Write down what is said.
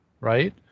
right